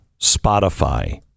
Spotify